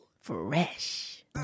Fresh